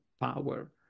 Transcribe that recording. power